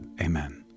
Amen